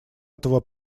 этого